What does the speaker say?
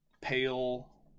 pale